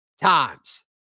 times